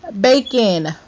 Bacon